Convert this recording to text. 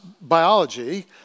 biology